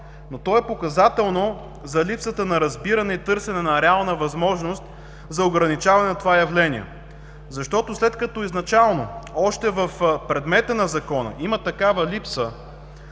но то е показателно за липсата на разбиране и търсене на реална възможност за ограничаване на това явление. След като изначално, още в предмета на Закона има такава липса,